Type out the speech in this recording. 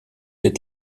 êtes